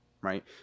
right